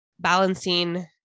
balancing